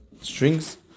strings